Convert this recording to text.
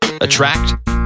attract